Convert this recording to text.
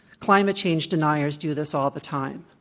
climate change deniers do this all the time.